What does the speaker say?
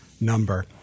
number